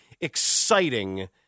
exciting